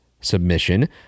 submission